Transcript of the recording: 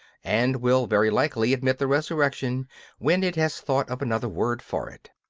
and will very likely admit the resurrection when it has thought of another word for it.